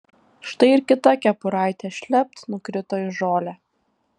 štai ir kita kepuraitė šlept nukrito į žolę